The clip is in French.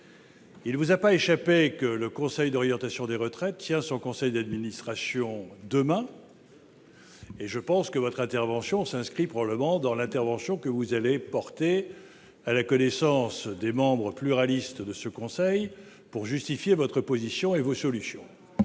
Il ne vous a pas échappé que le Conseil d'orientation des retraites tient son conseil d'administration demain et votre intervention s'inscrit probablement dans le droit-fil de celle que vous ferez devant les membres pluralistes de ce conseil pour justifier votre position et vos solutions,